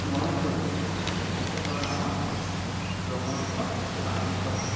স্মৰণ কৰি তেখেতৰ নামত ৰঙৰ উৎসৱ পালন কৰা হয়